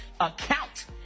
account